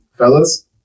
Fellas